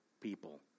people